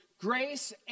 Grace